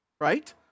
right